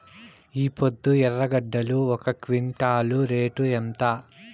ఈపొద్దు ఎర్రగడ్డలు ఒక క్వింటాలు రేటు ఎంత?